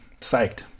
Psyched